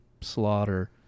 slaughter